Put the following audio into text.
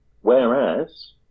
Whereas